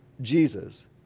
Jesus